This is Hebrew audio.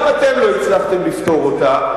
גם אתם לא הצלחתם לפתור אותם,